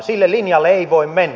sille linjalle ei voi mennä